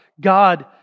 God